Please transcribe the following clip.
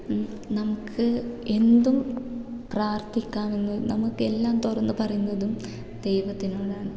നമുക്ക് എന്തും പ്രാർഥിക്കാമെന്ന് നമുക്ക് എല്ലാം തുറന്ന് പറയുന്നതും ദൈവത്തിനോടാണ്